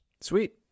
Sweet